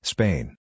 Spain